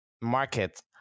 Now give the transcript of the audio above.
market